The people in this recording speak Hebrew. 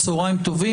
צוהריים טובים.